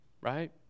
right